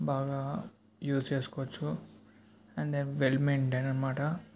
బాగా యూస్ చేసుకోవచ్చు and well maintain అన్నమాట